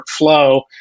workflow